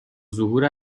ظهور